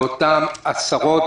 לאותם עשרות,